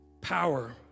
power